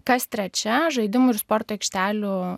kas trečia žaidimų ir sporto aikštelių